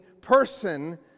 person